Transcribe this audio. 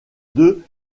deux